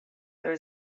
there